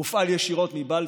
מופעל ישירות מבלפור,